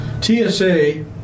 TSA